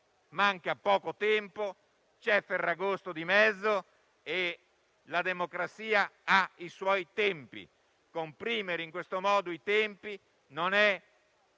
manca poco tempo e c'è Ferragosto di mezzo. La democrazia ha i suoi tempi: comprimerli in questo modo non è